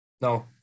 No